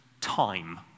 time